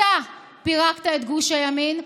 אתה פירקת את גוש הימין,